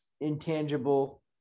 intangible